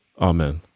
Amen